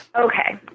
Okay